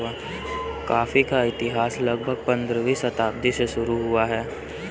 coffee का इतिहास लगभग पंद्रहवीं शताब्दी से शुरू हुआ है